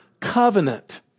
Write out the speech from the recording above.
covenant